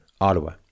Ottawa